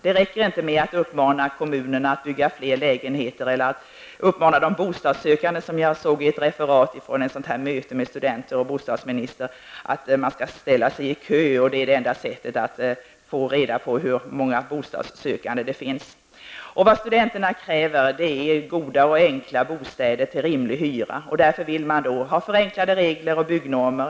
Det räcker inte med att uppmana kommunerna att bygga fler lägenheter eller att uppmana de bostadssökande -- som jag såg i ett referat från ett möte mellan bostadsministern och studenter -- att ställa sig i kö, för det är det enda sättet att få reda på hur många bostadssökande det finns. Studenterna kräver goda och enkla bostäder till rimlig hyra. Därför vill man ha förenklade regler och byggnormer.